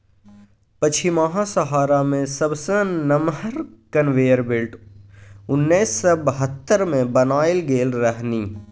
पछिमाहा सहारा मे सबसँ नमहर कन्वेयर बेल्ट उन्नैस सय बहत्तर मे बनाएल गेल रहनि